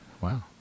Wow